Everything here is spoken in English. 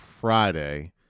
Friday